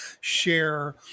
share